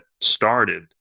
started